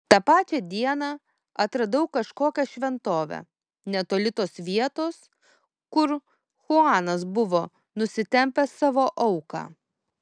tą pačią dieną atradau kažkokią šventovę netoli tos vietos kur chuanas buvo nusitempęs savo auką